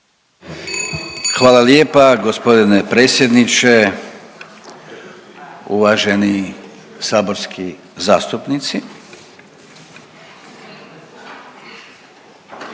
na pozornosti gospodine predsjedniče, uvaženi saborski zastupnici.